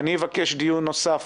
אני אבקש דיון נוסף